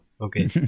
Okay